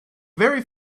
very